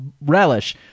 relish